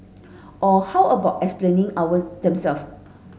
or how about explaining our them self